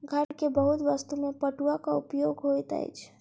घर के बहुत वस्तु में पटुआक उपयोग होइत अछि